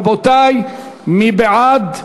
רבותי, מי בעד?